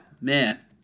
man